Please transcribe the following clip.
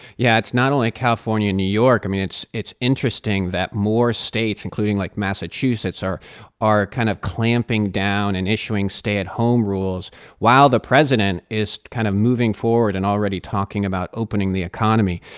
yeah, it's not only california and new york. i mean, it's it's interesting that more states including, like, massachusetts are are kind of clamping down and issuing stay-at-home rules while the president is kind of moving forward and already talking about opening the economy.